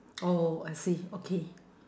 oh I see okay